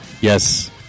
Yes